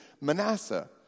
Manasseh